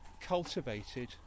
cultivated